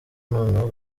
noneho